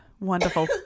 wonderful